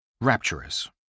Rapturous